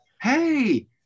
hey